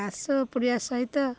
ଘାସ ଉପୁଡ଼ିଆ ସହିତ